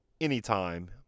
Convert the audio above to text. anytime